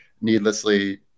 needlessly